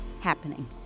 happening